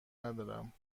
ندارم